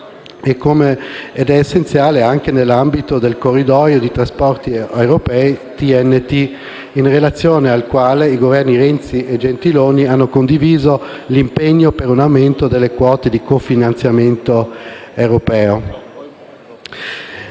ed è essenziale anche nell'ambito del corridoio di trasporti europei TNT, in relazione al quale i Governi Renzi e Gentiloni Silveri hanno condiviso l'impegno per un aumento delle quote di cofinanziamento europeo.